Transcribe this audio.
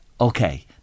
Okay